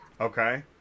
Okay